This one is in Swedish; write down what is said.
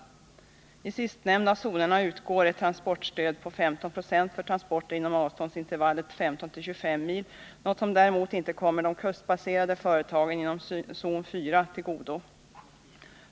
I sistnämnda zoner utgår ett transportstöd på 15 96 för transporter inom avståndsintervallen 15-25 mil, något som däremot inte kommer de kustbaserade företagen inom zon 4 till godo.